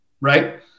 right